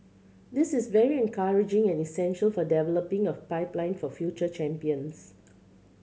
this is very encouraging and essential for developing our pipeline of future champions